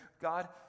God